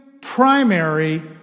primary